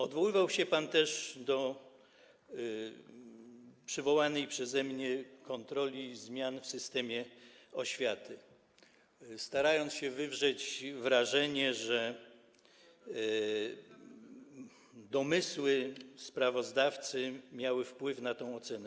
Odwoływał się pan też do przywołanej przeze mnie kontroli zmian w systemie oświaty, starając się wywrzeć wrażenie, że domysły sprawozdawcy miały wpływ na tę ocenę.